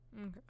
Okay